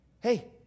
Hey